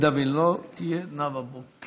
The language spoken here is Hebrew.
אם היא לא תהיה, חברת הכנסת נאוה בוקר.